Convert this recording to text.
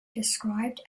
describes